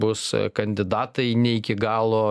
bus kandidatai ne iki galo